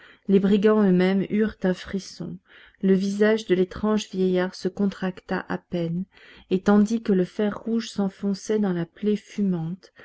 les brigands eux-mêmes eurent un frisson le visage de l'étrange vieillard se contracta à peine et tandis que le fer rouge s'enfonçait dans la plaie fumante